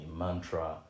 mantra